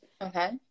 Okay